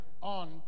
on